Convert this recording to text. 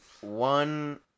one